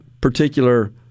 particular